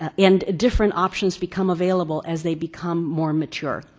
and different options become available as they become more mature.